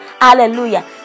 Hallelujah